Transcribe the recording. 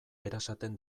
erasaten